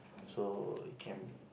so can